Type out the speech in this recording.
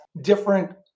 different